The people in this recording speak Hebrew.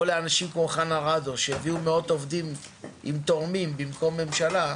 או לאנשים כמו חנה רדו שהביאו מאות עובדים עם תורמים במקום ממשלה,